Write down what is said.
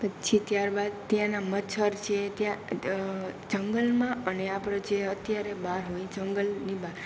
પછી ત્યારબાદ ત્યાંનાં મચ્છર છે પછી ત્યાં જંગલમાં અને આપણો અત્યારે જે આપણે બહાર હોય જંગલની બહાર